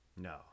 No